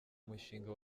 mushinga